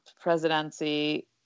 presidency